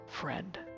friend